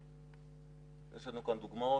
יש לנו כאן דוגמאות,